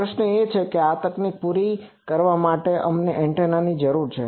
તો પ્રશ્ન એ છે કે આ તકનીકીને પૂરી કરવા માટે અમને એન્ટેનાની જરૂર છે